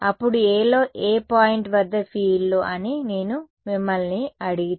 అప్పుడు A లో ఏ పాయింట్ వద్ద ఫీల్డ్లు అని నేను మిమ్మల్ని అడిగితే